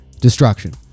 destruction